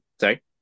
Sorry